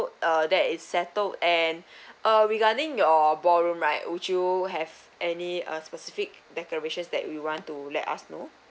uh that is settled and uh regarding your ballroom right would you have any uh specific decorations that you want to let us know